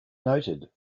noted